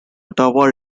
ottawa